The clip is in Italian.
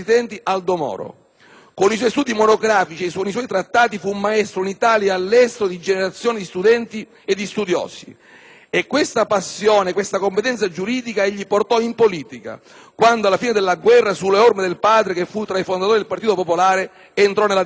Con i suoi studi monografici e con i suoi trattati fu maestro in Italia e all'estero di generazioni di studenti e di studiosi. Questa passione, questa competenza giuridica egli portò in politica quando alla fine della guerra, sulle orme del padre che fu tra i fondatori del Partito Popolare, entrò nella Democrazia Cristiana.